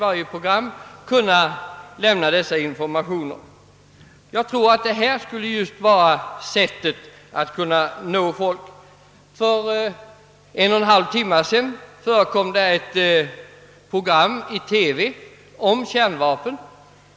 Jag tror att just detta skulle vara rätta sättet att nå folk. För en och en halv timme sedan förekom det i TV ett program om kärnvapen.